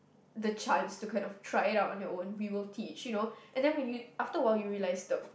the chance to kind of try it out on their own we will teach you know and then when you after a while you realise the